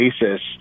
basis